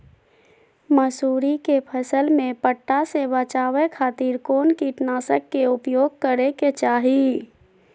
मसूरी के फसल में पट्टा से बचावे खातिर कौन कीटनाशक के उपयोग करे के चाही?